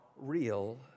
real